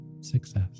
success